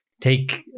take